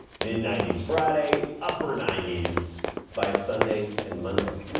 mid-nineties friday, upper ninety s by sunday and monday.